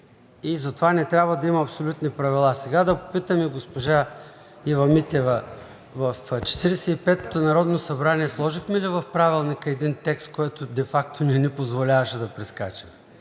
и затова не трябва да има абсолютни правила. Сега да попитам и госпожа Ива Митева: в Четиридесет и петото народно събрание сложихме ли в Правилника един текст, който де факто не ни позволяваше да прескачаме?